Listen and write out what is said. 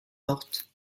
morte